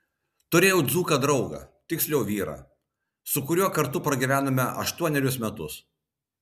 turėjau dzūką draugą tiksliau vyrą su kuriuo kartu pragyvenome aštuonerius metus